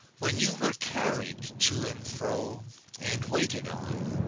when you were carried to and fro and waited on,